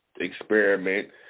experiment